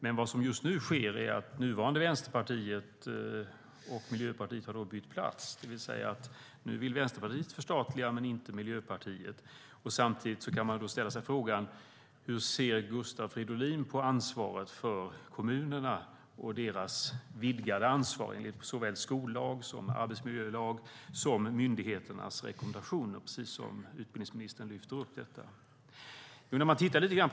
Men vad som just nu sker är att nuvarande Vänsterpartiet och Miljöpartiet har bytt plats, det vill säga att nu vill Vänsterpartiet förstatliga skolan men inte Miljöpartiet. Samtidigt kan man ställa sig frågan: Hur ser Gustav Fridolin på ansvaret för kommunerna och deras vidgade ansvar enligt såväl skollag och arbetsmiljölag som myndigheternas rekommendationer? Utbildningsministern lyfte också fram frågan.